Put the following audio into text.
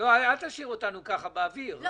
אל תשאיר אותנו ככה באוויר, היה.